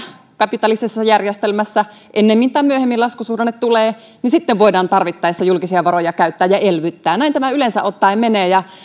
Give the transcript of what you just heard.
kapitalistisessa järjestelmässä ennemmin tai myöhemmin laskusuhdanne tulee niin sitten voidaan tarvittaessa julkisia varoja käyttää ja elvyttää näin tämä yleensä ottaen menee